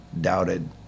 doubted